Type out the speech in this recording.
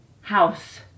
House